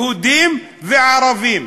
יהודים וערבים,